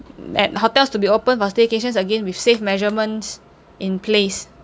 at hotels to be opened for staycations again with safe measurements in place